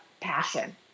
passion